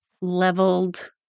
leveled